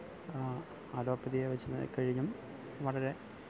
അലോപ്പതിയെ വെച്ച് നോക്കിക്കഴിഞ്ഞും വളരെ